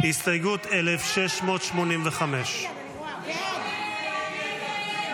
-- הסתייגות 1685. הסתייגות 1685 לא